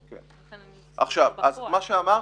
כפי שאמרתי,